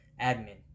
admin